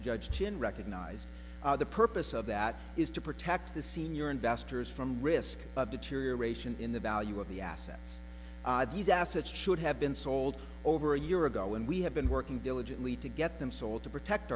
judge chin recognize the purpose of that is to protect the senior investors from risk of deterioration in the value of the assets these assets should have been sold over a year ago and we have been working diligently to get them sold to protect